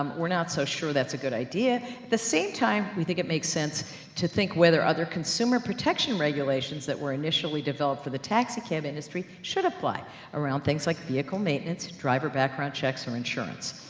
um we're not so sure, that's a good idea. at the same time, we think, it makes sense to think whether other consumer protection regulations, that were initially developed for the taxicab industry should apply around things like vehicle maintenance, driver background checks or insurance.